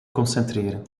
concentreren